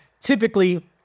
typically